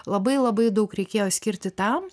labai labai daug reikėjo skirti tam